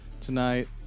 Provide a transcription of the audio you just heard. tonight